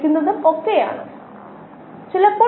അതിനാൽ A സമം T minus ke